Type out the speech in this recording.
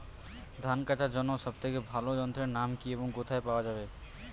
ধান কাটার জন্য সব থেকে ভালো যন্ত্রের নাম কি এবং কোথায় পাওয়া যাবে?